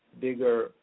bigger